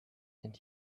and